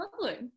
lovely